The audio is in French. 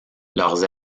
leurs